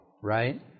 right